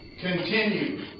Continue